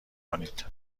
کنید